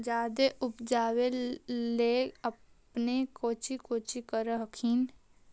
जादे उपजाबे ले अपने कौची कौची कर हखिन?